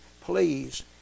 please